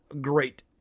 great